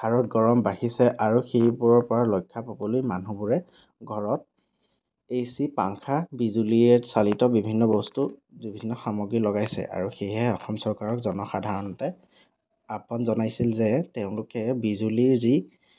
হাৰত গৰম বাঢ়িছে আৰু সেইবোৰৰ পৰা ৰক্ষা পাবলৈ মানুহবোৰে ঘৰত এ চি পাংখা বিজুলীৰে চালিত বিভিন্ন বস্তু বিভিন্ন সামগ্ৰী লগাইছে আৰু সেইহে অসম চৰকাৰক জনসাধাৰণে আহ্বান জনাইছিল যে তেওঁলোকে বিজুলীৰ যি